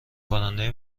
کننده